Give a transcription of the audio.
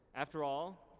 after all,